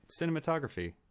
cinematography